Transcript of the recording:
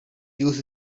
use